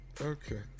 Okay